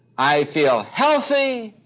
i feel healthy!